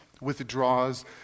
withdraws